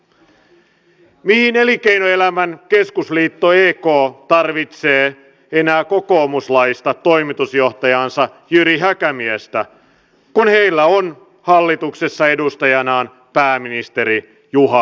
mihin elinkeinoelämän keskusliitto ek tarvitsee enää kokoomuslaista toimitusjohtajaansa jyri häkämiestä kun heillä on hallituksessa edustajanaan pääministeri juha sipilä